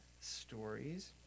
stories